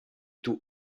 taux